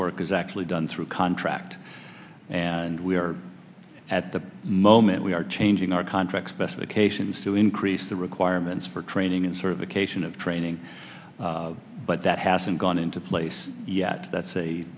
work is actually done through contract and we're at the moment we are changing our contract specifications to increase the requirements for training and certification of training but that hasn't gone into place yet that